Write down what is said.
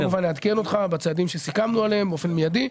אני כמובן אעדכן אותך בצעדים שסיכמנו עליהם באופן מיידי.